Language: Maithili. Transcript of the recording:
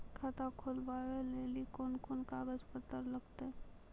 खाता खोलबाबय लेली कोंन कोंन कागज पत्तर लगतै?